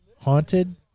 haunted